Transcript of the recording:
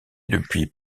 depuis